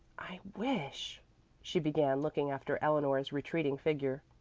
i wish she began, looking after eleanor's retreating figure.